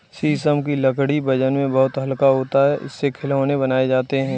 शीशम की लकड़ी वजन में बहुत हल्का होता है इससे खिलौने बनाये जाते है